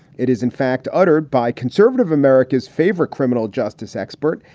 it is, in fact, uttered by conservative america's favorite criminal justice expert,